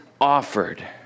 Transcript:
offered